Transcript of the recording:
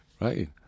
Right